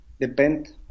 depend